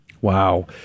Wow